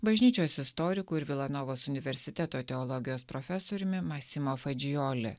bažnyčios istoriku ir vila novos universiteto teologijos profesoriumi masimo fadžijoli